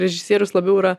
režisierius labiau yra